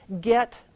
Get